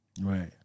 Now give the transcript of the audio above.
Right